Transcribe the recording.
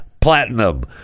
platinum